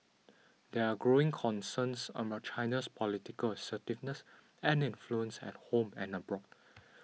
there are growing concerns about China's political assertiveness and influence at home and abroad